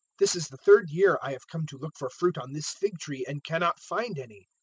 this is the third year i have come to look for fruit on this fig-tree and cannot find any.